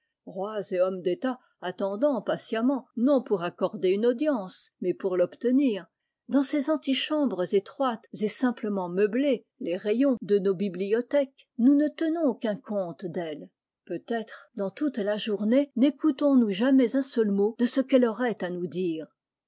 rois et hommes d'etat attendant patiemment non pour accorder une audience mais pour l'obtenir dans ces antichambres étroites et simplement meublées les rayons de nos bibliothèques nous ne tenons aucun compte d'elle peutêtre dans toute la journée nécoutons nous jamais un seul mot de ce qu'elle aurait à nous dire